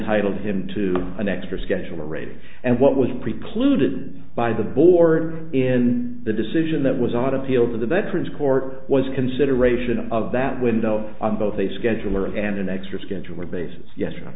entitle him to an extra schedule rate and what was precluded by the board in the decision that was out of peeled for the veterans court was consideration of that window on both a scheduler and an extra scheduled basis yes or